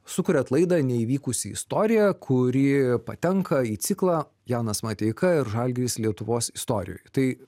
sukuriant laidą neįvykusi istoriją kuri patenka į ciklą janas mateika ir žalgiris lietuvos istorijoj tai